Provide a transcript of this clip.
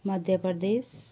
Madhya Pradesh